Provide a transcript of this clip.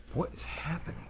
what's happening?